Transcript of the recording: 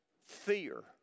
fear